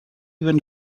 even